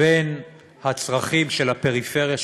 בין הצרכים של הפריפריה,